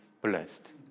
blessed